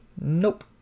Nope